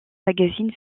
magazine